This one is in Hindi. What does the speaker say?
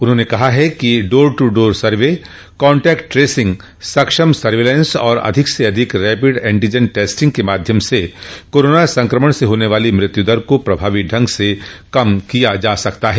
उन्होंने कहा है कि door to door survey contact tracing सक्षम सर्विलांस और अधिक से अधिक रैपिड एंटीजन टेस्टिंग के माध्यम से कोरोना संक्रमण से होने वाली मृत्युदर को प्रभावी ढंग से कम किया जा सकता है